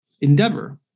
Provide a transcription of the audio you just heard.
endeavor